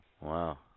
Wow